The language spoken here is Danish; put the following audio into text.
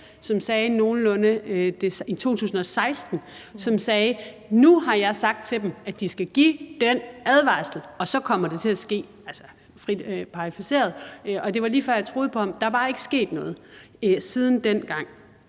Søren Pind, som sagde, at nu har jeg sagt til dem, at de skal give den advarsel, og så kommer det til at ske – altså frit parafraseret – og det var lige før, jeg troede på ham. Der er bare ikke sket noget siden dengang.